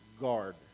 guard